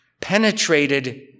penetrated